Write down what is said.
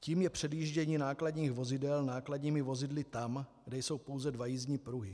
Tím je předjíždění nákladních vozidel nákladními vozidly tam, kde jsou pouze dva jízdní pruhy.